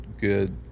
good